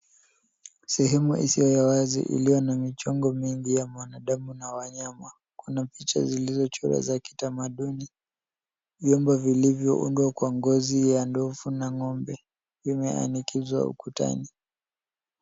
Sehemu isiyo ya wazi iliyo na michongo mingi ya mwanadamu na wanyama. Kuna picha zilizochorwa za kitamaduni. Vyombo vilivyoundwa kwa ngozi ya ndovu na ngombe vimeanikizwa ukutani.